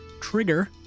Trigger